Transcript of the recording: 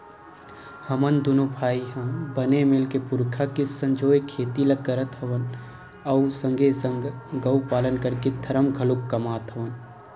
हमन दूनो भाई ह बने मिलके पुरखा के संजोए खेती ल करत हवन अउ संगे संग गउ पालन करके धरम घलोक कमात हवन